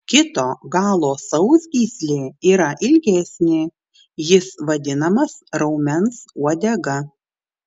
kito galo sausgyslė yra ilgesnė jis vadinamas raumens uodega